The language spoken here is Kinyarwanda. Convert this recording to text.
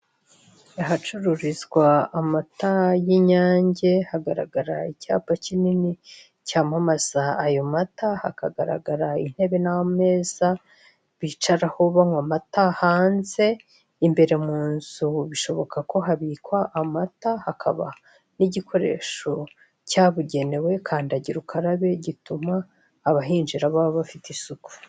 Ahacururizwa amata y'inyange hagaragara icyapa kinini cyamamaza ayo mata, hakagaragara intebe n'ameza bicaraho banywa amata hanze, imbere mu nzu bishoboka ko habikwa amata, hakaba n'igikoresho cyabugenewe kandagira ukarabe gituma abahinjira baba bafite isuku.